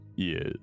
Yes